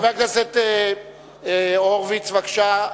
חבר הכנסת הורוביץ, בבקשה.